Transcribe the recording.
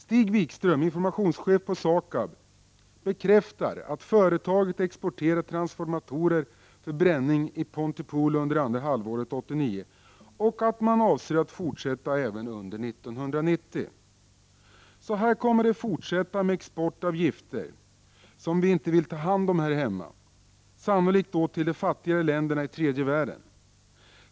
Stig Wikström, informationschef på SAKAB, bekräftar att företaget exporterat transformatorer för bränning i Pontypool under andra halvåret 1989 och att man avser att fortsätta även under 1990. Så här kommer det att fortsätta med export av gifter, som vi inte vill ta hand om här hemma. Sannolikt blir det då fråga om export till de fattigare länderna i tredje världen.